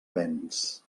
venç